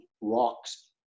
rocks